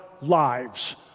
lives